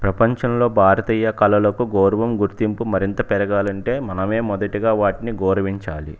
ప్రపంచంలో భారతీయ కళలకు గౌరవం గుర్తింపు మరింత పెరగాలంటే మనమే మొదటిగా వాటిని గౌరవించాలి